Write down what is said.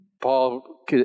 Paul